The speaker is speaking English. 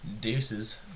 deuces